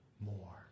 more